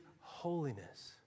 holiness